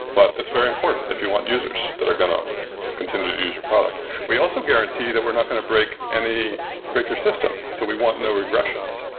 but it's very important if you want users that are going to continue to use your product. we also guarantee that we're not going to break any breaker system, so we want no regressions.